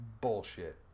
bullshit